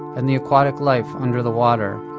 and the aquatic life under the water,